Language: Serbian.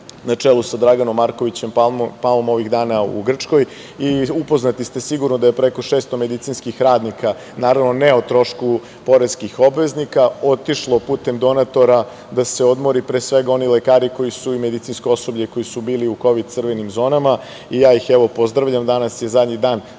na čelu sa Draganom Markovićem Palmom ovih dana u Grčkoj. Upoznati ste sigurno da je preko 600 medicinskih radnika, naravno, ne o trošku poreskih obveznika, otišlo putem donatora da se odmori, a pre svega oni lekari i medicinsko osoblje koji su bili u kovid crvenim zonama. Ja ih pozdravljam. Danas je zadnji dan